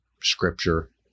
scripture